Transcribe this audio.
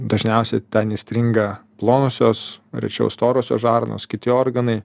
dažniausiai ten įstringa plonosios rečiau storosios žarnos kiti organai